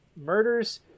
murders